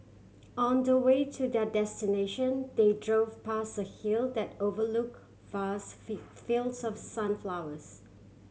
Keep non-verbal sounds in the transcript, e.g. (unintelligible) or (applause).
on the way to their destination they drove past a hill that overlook vast (unintelligible) fields of sunflowers